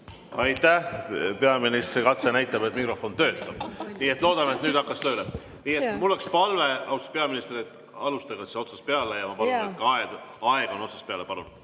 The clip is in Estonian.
Aitäh! Peaministri katse näitab, et mikrofon töötab. Nii et loodame, et nüüd hakkas tööle. Mul oleks palve, austatud peaminister, et alustage otsast peale, ja ma palun, et ka aeg on otsast peale. Palun!